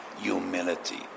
humility